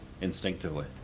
instinctively